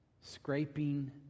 Scraping